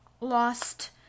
lost